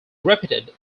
repeated